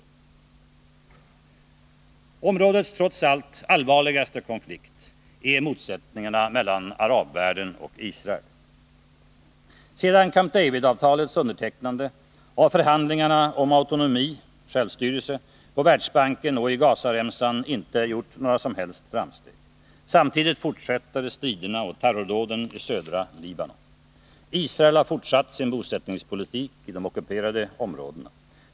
Områdets trots allt allvarligaste konflikt är motsättningarna mellan arabvärlden och Israel. Sedan Camp David-avtalets undertecknande har förhandlingarna om autonomi, självstyrelse, på Västbanken och i Ghazaremsan inte gjort några framsteg. Samtidigt fortsätter striderna och terrordåden i södra Libanon. Israel har fortsatt sin bosättningspolitik i de ockuperade områdena.